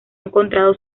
encontrado